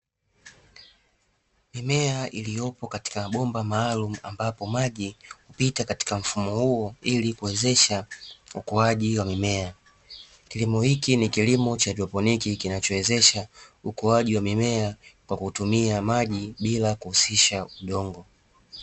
Mimea iliyopo katika bomba maalumu ambapo maji hupita katika mfumo huo ili kuwezesha ukuaji wa mimea; kilimo hiki ni kilimo cha hydroponi kinachowezesha ukuaji wa mimea kwa kutumia maji bila kuhusisha udongo.